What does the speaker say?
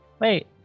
Wait